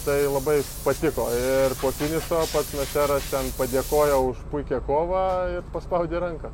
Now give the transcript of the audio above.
tai labai patiko ir po finišo naseras ten padėkojo už puikią kovą ir paspaudė ranką